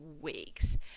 weeks